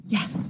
Yes